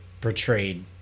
portrayed